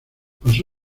pasó